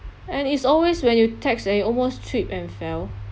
and it's always when you text then you almost tripped and fell